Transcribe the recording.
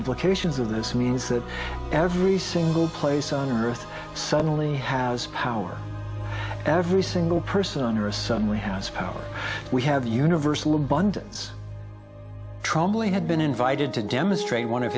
implications of this means that every single place on earth suddenly has power every single person on recently has power we have universal abundance trombley had been invited to demonstrate one of